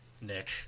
Nick